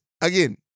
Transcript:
again